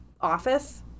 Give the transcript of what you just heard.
office